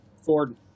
Ford